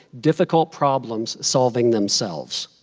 difficult problems solving themselves.